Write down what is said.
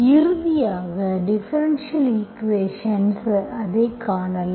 இறுதியாக differential equations அதை காணலாம்